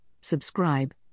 subscribe